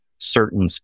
Certain